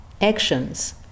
actions